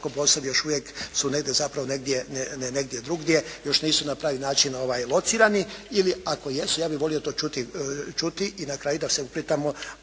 su još uvijek su negdje zapravo negdje drugdje, još nisu na pravi način locirani, ili ako jesu ja bih volio to čuti i na kraju da se upitamo